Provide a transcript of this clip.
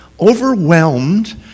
Overwhelmed